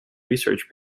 research